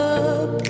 up